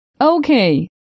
Okay